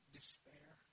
Despair